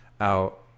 out